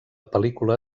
pel·lícula